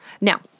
Now